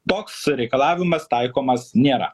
toks reikalavimas taikomas nėra